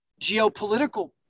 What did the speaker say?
geopolitical